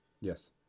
Yes